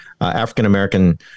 African-American